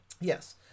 yes